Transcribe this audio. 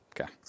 Okay